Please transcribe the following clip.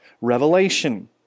revelation